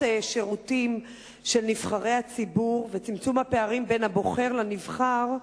שירותים של נבחרי הציבור וצמצום הפערים בין הבוחר לנבחר,